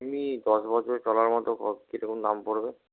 দশ বছর চলার মতো বক্স কী রকম দাম পড়বে